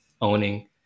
owning